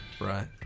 Right